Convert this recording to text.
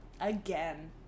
Again